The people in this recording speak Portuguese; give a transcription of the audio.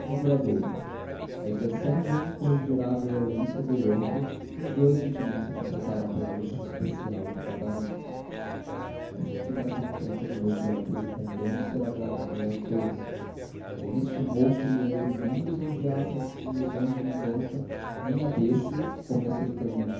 duradouro a reflexão de um corrigirá a violência do outro e os dois sentimentos se completarão pela virtude especial de cada um esta explicação franca de melchior teve o condão de ser agradável aos dois helena estimou que ele nem lisonjeasse as ilusões de mendonça nem a desse como aceitando